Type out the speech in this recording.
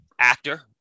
actor